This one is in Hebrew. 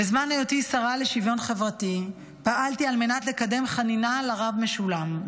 בזמן היותי שרה לשוויון חברתי פעלתי על מנת לקדם חנינה לרב משולם,